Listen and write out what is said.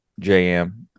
JM